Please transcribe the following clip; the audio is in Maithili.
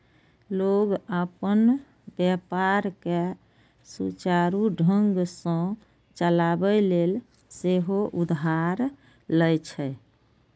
लोग अपन व्यापार कें सुचारू ढंग सं चलाबै लेल सेहो उधार लए छै